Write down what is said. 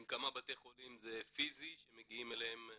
עם כמה בתי חולים זה פיזית שמגיעים אליהם בפועל,